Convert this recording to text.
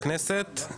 הכנסת.